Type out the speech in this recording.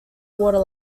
water